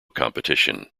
competition